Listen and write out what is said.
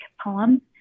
poem